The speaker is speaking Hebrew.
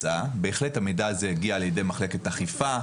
המידע הזה הגיע לידי מחלקת אכיפה,